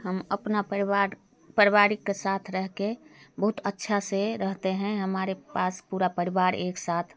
हम अपना परिवार पारिवारिक के साथ रह कर बहुत अच्छा से रहते हैं हमारे पास पूरा परिवार एक साथ